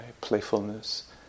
playfulness